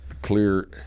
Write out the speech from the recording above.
Clear